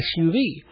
SUV